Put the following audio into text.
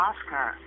Oscar